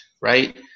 right